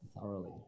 thoroughly